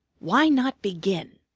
why not begin?